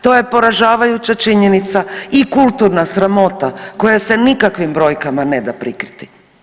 To je poražavajuća činjenica i kulturna sramota koja se nikakvim brojkama ne da prikriti.